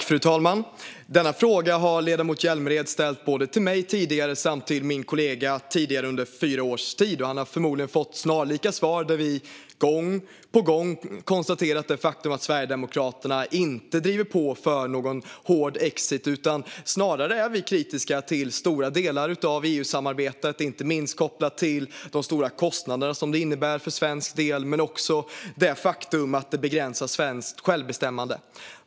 Fru talman! Denna fråga har ledamoten Hjälmered ställt både till mig tidigare och under fyra års tid till min kollega. Han har förmodligen fått snarlika svar, där vi gång på gång har konstaterat det faktum att Sverigedemokraterna inte driver på för någon hård exit. I stället är vi snarare kritiska till stora delar av EU-samarbetet, inte bara kopplat till de stora kostnader det innebär för svensk del utan även kopplat till det faktum att det begränsar svenskt självbestämmande.